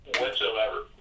whatsoever